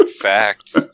facts